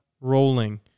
rolling